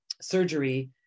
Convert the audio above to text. surgery